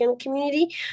community